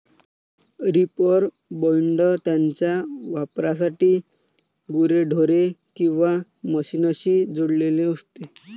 reaper binder त्याच्या वापरासाठी गुरेढोरे किंवा मशीनशी जोडलेले असते